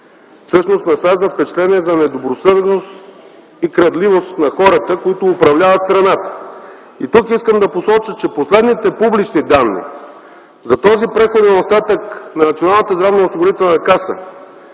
всъщност насажда впечатление за недобросъвестност и крадливост на хората, които управляват страната. И тук искам да посоча, че последните публични данни за този преходен остатък на Националната здравноосигурителна каса,